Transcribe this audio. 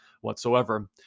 whatsoever